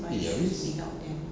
yes